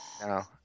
No